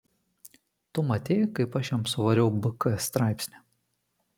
tu matei kaip aš jam suvariau bk straipsnį